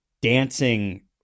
dancing